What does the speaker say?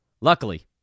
Luckily